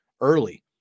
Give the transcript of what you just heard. early